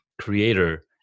creator